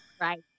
Right